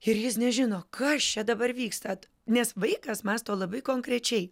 ir jis nežino kas čia dabar vyksta nes vaikas mąsto labai konkrečiai